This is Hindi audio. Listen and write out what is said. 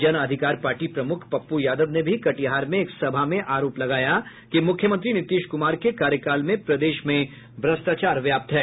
जन अधिकार पार्टी प्रमुख पप्पू यादव ने भी कटिहार में एक सभा में आरोप लगाया कि मुख्यमंत्री नीतीश कुमार के कार्यकाल में प्रदेश में भ्रष्टाचार व्याप्त है